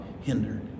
hindered